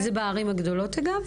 שזה בערים הגדולות, אגב?